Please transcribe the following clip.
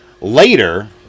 Later